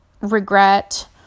regret